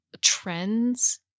trends